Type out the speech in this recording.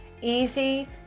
easy